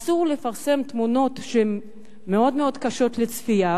אסור לפרסם תמונות שהן מאוד מאוד קשות לצפייה,